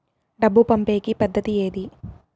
డబ్బు పంపేకి పద్దతి ఏది